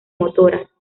motoras